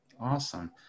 Awesome